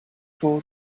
for